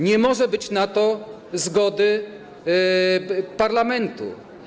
Nie może być na to zgody parlamentu.